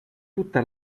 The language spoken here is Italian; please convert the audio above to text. tutta